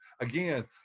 again